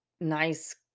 nice